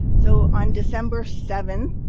so, on december seventh,